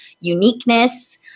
uniqueness